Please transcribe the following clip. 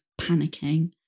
panicking